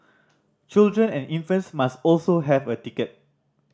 children and infants must also have a ticket